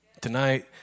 Tonight